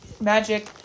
Magic